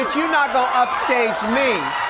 you not gonna upstage me.